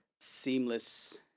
seamless